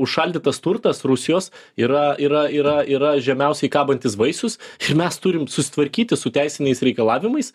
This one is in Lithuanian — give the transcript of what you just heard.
užšaldytas turtas rusijos yra yra yra yra žemiausiai kabantis vaisius ir mes turim susitvarkyti su teisiniais reikalavimais